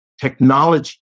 technology